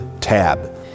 tab